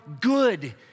good